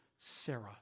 Sarah